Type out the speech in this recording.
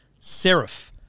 serif